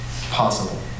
possible